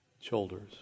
Shoulders